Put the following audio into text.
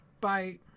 Bye